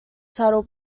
title